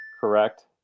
Correct